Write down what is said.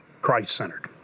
Christ-centered